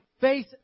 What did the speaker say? face